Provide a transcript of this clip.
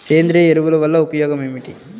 సేంద్రీయ ఎరువుల వల్ల ఉపయోగమేమిటీ?